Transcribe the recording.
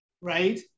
right